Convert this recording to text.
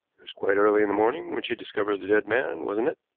it was quite early in the morning when she discovered the dead man, wasn't it?